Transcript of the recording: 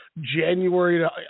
January